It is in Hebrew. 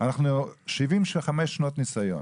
75 שנות ניסיון.